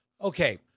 Okay